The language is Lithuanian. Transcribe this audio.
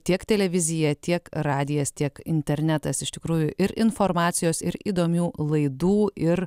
tiek televizija tiek radijas tiek internetas iš tikrųjų ir informacijos ir įdomių laidų ir